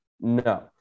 No